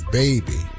baby